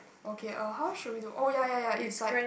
okay uh how should we look oh ya ya ya it's like